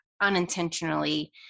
unintentionally